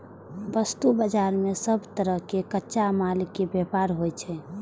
वस्तु बाजार मे सब तरहक कच्चा माल के व्यापार होइ छै